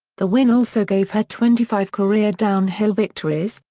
the win also gave her twenty five career downhill victories,